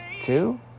Two